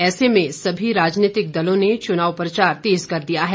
ऐसे में सभी राजनीतिक दलों ने चुनाव प्रचार तेज कर दिया हैं